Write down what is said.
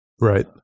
Right